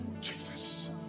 Jesus